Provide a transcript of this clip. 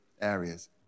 areas